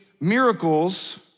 miracles